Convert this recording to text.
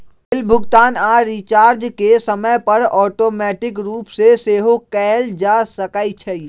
bill भुगतान आऽ recharge के समय पर ऑटोमेटिक रूप से सेहो कएल जा सकै छइ